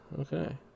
Okay